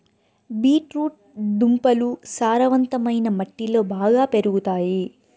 beet root దుంపలు సారవంతమైన మట్టిలో బాగా పెరుగుతాయి